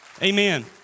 Amen